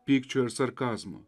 pykčio ir sarkazmo